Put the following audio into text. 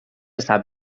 sap